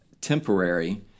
temporary